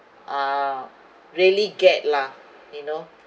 uh really get lah you know